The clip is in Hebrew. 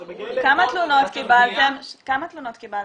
מגיע ל --- כמה תלונות קיבלתם במשרד,